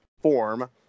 form